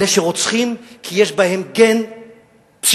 אלה שרוצחים כי יש בהם גן פסיכופתי.